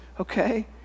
okay